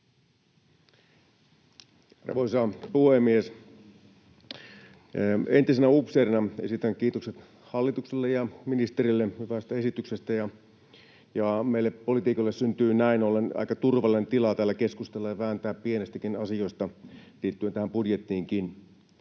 Arvoisa puhemies! Entisenä upseerina esitän kiitokset hallitukselle ja ministerille hyvästä esityksestä. Meille poliitikoille syntyy näin ollen aika turvallinen tila täällä keskustella ja vääntää pienistäkin asioista liittyen tähän budjettiinkin.